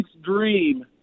dream